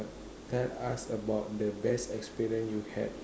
tell us about the best experience you had